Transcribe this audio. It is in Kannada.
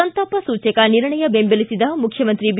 ಸಂತಾಪ ಸೂಚಕ ನಿರ್ಣಯ ಬೆಂಬಲಿಸಿದ ಮುಖ್ಯಮಂತ್ರಿ ಬಿ